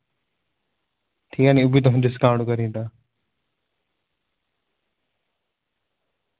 ठीक ऐ निं ओह्बी तुसेंगी डिस्काऊंट करी दिन्ना